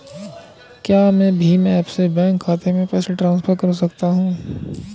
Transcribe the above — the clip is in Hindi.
क्या मैं भीम ऐप से बैंक खाते में पैसे ट्रांसफर कर सकता हूँ?